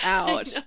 out